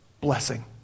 blessing